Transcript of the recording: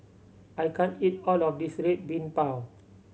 I can't eat all of this Red Bean Bao